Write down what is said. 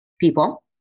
people